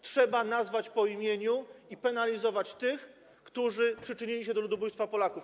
Trzeba nazwać po imieniu i penalizować kult tych, którzy przyczynili się do ludobójstwa Polaków.